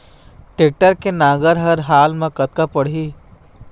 Tractor के नांगर हर हाल मा कतका पड़िही?